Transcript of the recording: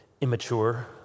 immature